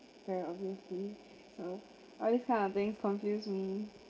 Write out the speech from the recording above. very obviously so all these kind of thing confuse me